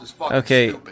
Okay